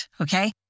okay